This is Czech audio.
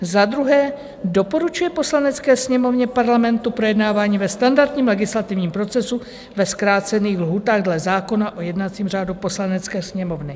II. doporučuje Poslanecké sněmovně Parlamentu projednávání ve standardním legislativním procesu ve zkrácených lhůtách dle zákona o jednacím řádu Poslanecké sněmovny.